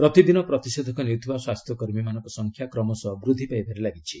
ପ୍ରତିଦିନ ପ୍ରତିଷେଧକ ନେଉଥିବା ସ୍ୱାସ୍ଥ୍ୟ କର୍ମୀମାନଙ୍କ ସଂଖ୍ୟା କ୍ମଶ ବୃଦ୍ଧି ପାଇବାରେ ଲାଗିଛି